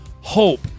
hope